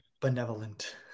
benevolent